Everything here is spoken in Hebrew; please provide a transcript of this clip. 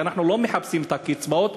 כי אנחנו לא מחפשים את הקצבאות,